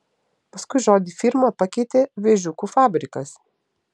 paskui žodį firma pakeitė vėžiukų fabrikas